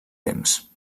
temps